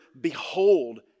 behold